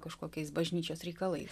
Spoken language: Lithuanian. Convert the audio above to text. kažkokiais bažnyčios reikalais